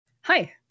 Hi